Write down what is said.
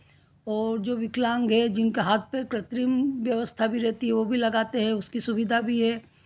और जो विकलांग है जिनके हाथ पैर कृत्रिम व्यवस्था भी रहती है वह भी लगाते हैं उसकी सुविधा भी है